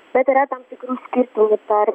bet yra tam tikrų skirtumų tar